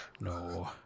No